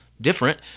different